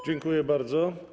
Dziękuję bardzo.